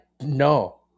no